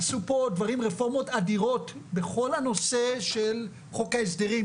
עשו פה רפורמות אדירות בכל הנושא של חוק ההסדרים.